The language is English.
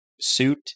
suit